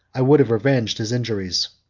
i would have revenged his injuries.